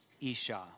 isha